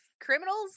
criminals